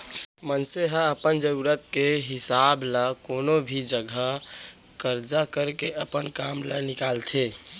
मनसे ह अपन जरूरत के हिसाब ल कोनो भी जघा करजा करके अपन काम ल निकालथे